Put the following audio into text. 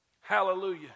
Hallelujah